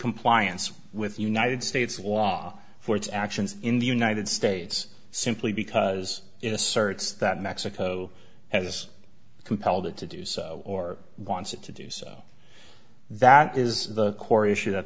compliance with united states law for its actions in the united states simply because it asserts that mexico has compelled it to do so or wants it to do so that is the core issue that